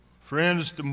Friends